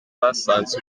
basanze